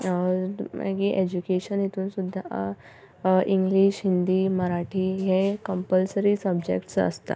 मागीर एज्युकेशन हितून सुद्दां इंग्लीश हिंदी मराठी हे कंम्पलसरी सबजेक्ट्स आसता